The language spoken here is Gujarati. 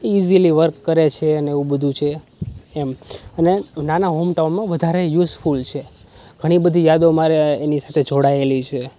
ઈજીલી વર્ક કરે છે ને એવું બધું છે એમ અને નાના હોમટાઉનમાં વધારે યુઝફૂલ છે ઘણી બધી યાદો અમારે એની સાથે જોડાયેલી છે